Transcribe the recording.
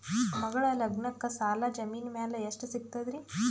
ಮಗಳ ಲಗ್ನಕ್ಕ ಸಾಲ ಜಮೀನ ಮ್ಯಾಲ ಎಷ್ಟ ಸಿಗ್ತದ್ರಿ?